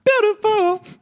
Beautiful